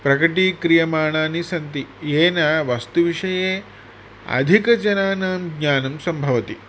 प्रकटीक्रियमाणानि सन्ति येन वस्तुविषये अधिकजनानां ज्ञानं सम्भवति